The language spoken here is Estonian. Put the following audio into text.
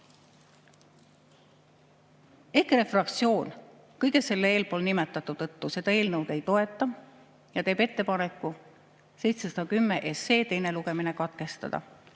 EKRE fraktsioon kõige eespool nimetatu tõttu seda eelnõu ei toeta ja teeb ettepaneku 710 SE teine lugemine katkestada.